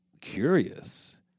curious